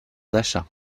d’achat